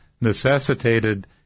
necessitated